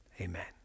amen